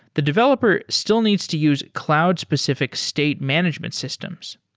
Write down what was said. the developer still needs to use cloud-specific state management systems.